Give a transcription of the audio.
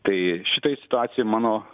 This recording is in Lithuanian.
tai šitoj situacijoj mano